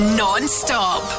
non-stop